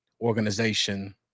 organization